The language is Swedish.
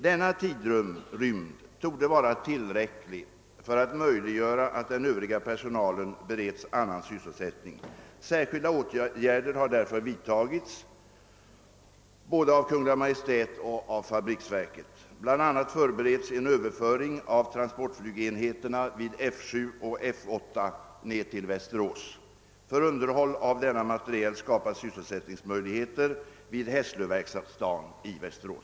Denna tidrymd torde vara tillräcklig för att möjliggöra att den övriga personalen bereds annan sysselsättning. Särskilda åtgärder härför har vidtagits av Kungl. Maj:t och av fabriksverket. Bl.a. förbereds en Ööverföring av transportflygenheterna vid F 7 och F 8 till F1. För underhåll av denna materiel skapas sysselsättningsmöjligheter vid Hässlöverkstaden i Västerås.